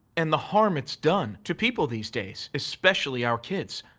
and the harm it's done to people these days, especially our kids.